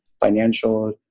financial